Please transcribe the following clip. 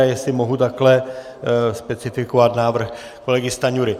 Jestli mohu takto specifikovat návrh kolegy Stanjury.